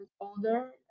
older